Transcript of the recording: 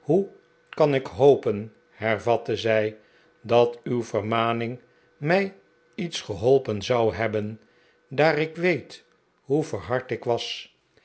hoe kan ik hopen hervatte zij dat uw vermaning mij iets geholpen zou hebben daar ik weet hoe verhard ik was